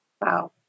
wow